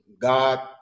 God